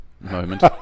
moment